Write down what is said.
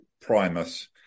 Primus